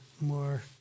more